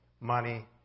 money